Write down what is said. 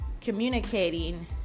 communicating